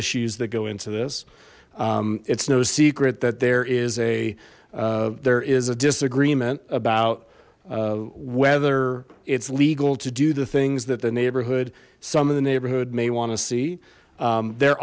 issues that go into this it's no secret that there is a there is a disagreement about whether it's legal to do the things that the neighborhood some of the neighborhood may want to see there